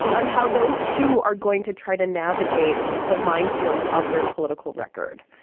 and how those two are going to try to navigate the minefields of their political record.